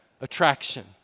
attraction